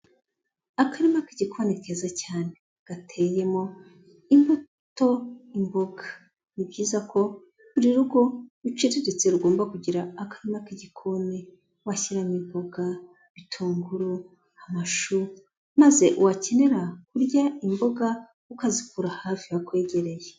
Akarima k'igikoni keza cyane, gateyemo imbuto, imboga, ni byiza ko buri rugo ruciriritse rugomba kugira akarima k'igikoni, washyiramo imboga, ibitunguru, amashu, maze wakenera kurya imboga ukazikura hafi hakwegereye.